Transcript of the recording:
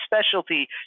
specialty